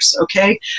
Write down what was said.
okay